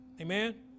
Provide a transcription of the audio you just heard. Amen